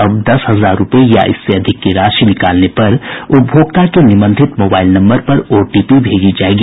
अब दस हजार रूपये या इससे अधिक की राशि निकालने पर उपभोक्ता के निबंधित मोबाईल नम्बर पर ओटीपी भेजी जायेगी